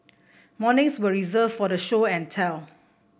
mornings were reserved for show and tell